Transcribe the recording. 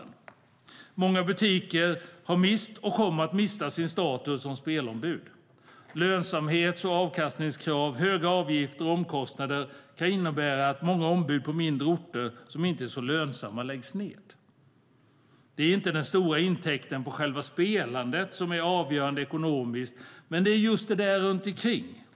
Många butiker har mist eller kommer att mista sin status som spelombud. Lönsamhets och avkastningskrav, höga avgifter och omkostnader kan innebära att många ombud på mindre orter, som inte är så lönsamma, läggs ned. Det är inte den stora intäkten på själva spelandet som är avgörande ekonomiskt men just det runt om.